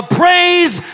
praise